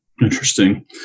Interesting